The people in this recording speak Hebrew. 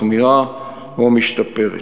מחמירה או משתפרת.